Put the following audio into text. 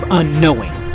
unknowing